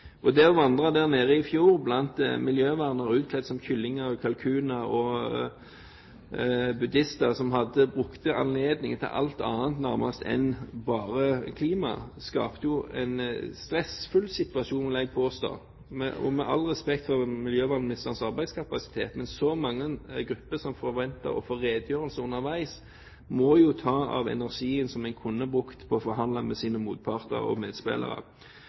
der nede i fjor, og miljøvernere utkledd som kyllinger og kalkuner, og buddhister som brukte anledningen til å gjøre alt annet enn å fremme klima, skapte en stressfull situasjon, vil jeg påstå. Og med all respekt for miljøvernministerens arbeidskapasitet: Med så mange grupper som forventer å få redegjørelser underveis, må jo det ta av energien som man kunne brukt til å forhandle med sine motparter og medspillere.